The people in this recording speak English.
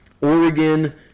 Oregon